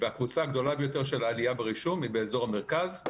והקבוצה הגדולה ביותר של עלייה ברישום היא באזור המרכז,